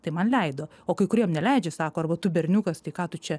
tai man leido o kai kuriem neleidžia sako arba tu berniukas tai ką tu čia